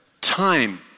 time